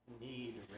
need